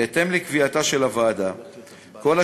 בהתאם לקביעתה של הוועדה,